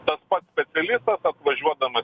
tas pats specialistas atvažiuodamas